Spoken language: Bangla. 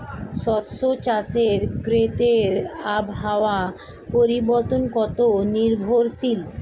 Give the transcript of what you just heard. মৎস্য চাষের ক্ষেত্রে আবহাওয়া পরিবর্তন কত নির্ভরশীল?